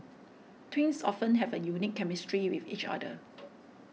twins often have a unique chemistry with each other